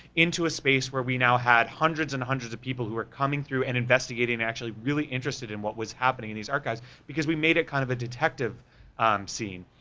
into a space where we now had hundreds and hundreds of people who were coming through and investigating and actually interested in what was happening in these archives, because we made it kind of a detective scene.